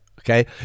Okay